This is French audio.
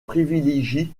privilégient